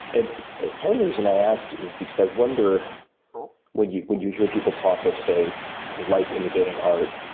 and part of the reason i ask is because i wonder when you when you hear people talk of say ah life intimidating art,